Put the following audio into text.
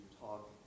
talk